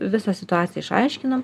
visą situaciją išaiškinam